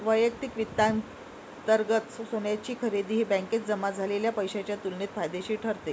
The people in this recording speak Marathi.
वैयक्तिक वित्तांतर्गत सोन्याची खरेदी ही बँकेत जमा झालेल्या पैशाच्या तुलनेत फायदेशीर ठरते